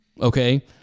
okay